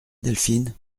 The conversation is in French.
delphine